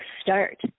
start